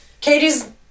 Katie's